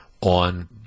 on